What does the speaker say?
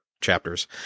chapters